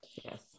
yes